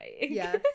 Yes